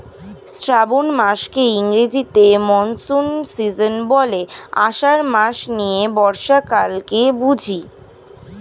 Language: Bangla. শ্রাবন মাসকে ইংরেজিতে মনসুন সীজন বলে, আষাঢ় মাস নিয়ে বর্ষাকালকে বুঝি